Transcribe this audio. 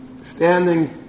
standing